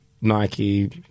Nike